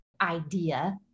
idea